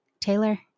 Taylor